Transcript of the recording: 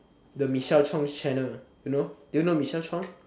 the Michelle Chong channel you know do you know Michelle Chong